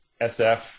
SF